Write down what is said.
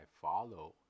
follow